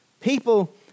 People